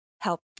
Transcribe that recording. help